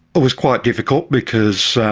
was quite difficult because,